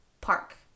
park